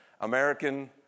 American